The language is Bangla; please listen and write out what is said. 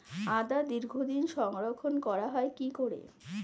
আদা দীর্ঘদিন সংরক্ষণ করা হয় কি করে?